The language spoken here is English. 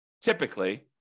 typically